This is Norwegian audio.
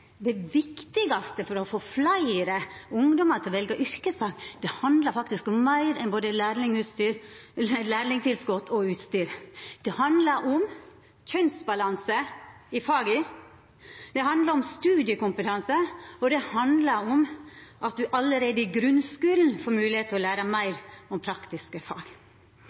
det viktigaste for å få fleire ungdomar til å velja yrkesfag handlar om meir enn både lærlingtilskot og utstyr. Det handlar om kjønnsbalanse i faga, det handlar om studiekompetanse, og det handlar om at ein allereie i grunnskulen får moglegheit til å læra meir om praktiske fag.